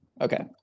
Okay